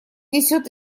несет